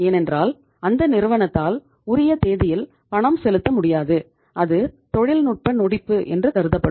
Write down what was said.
ஏனென்றால் அந்த நிறுவனத்தால் உரிய தேதியில் பணம் செலுத்த முடியாது அது தொழில்நுட்ப நொடிப்பு என்று கருதப்படும்